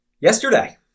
Yesterday